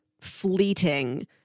fleeting